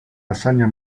hazaña